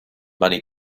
money